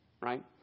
right